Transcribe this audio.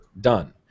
done